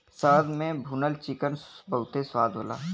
शहद में भुनल चिकन बहुते स्वाद होला